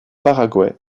paraguay